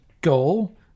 goal